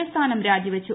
A സ്ഥാനം രാജിവച്ചു